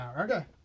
Okay